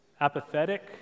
apathetic